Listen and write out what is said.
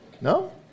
No